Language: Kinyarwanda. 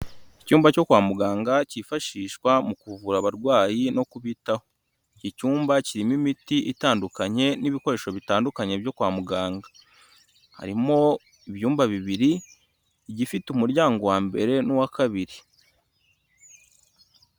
Icyumba cyo kwa muganga cyifashishwa mu kuvura abarwayi no kubitaho, iki cyumba kirimo imiti itandukanye n'ibikoresho bitandukanye byo kwa muganga, harimo ibyumba bibiri igifite umuryango wa mbere n'uwa kabiri.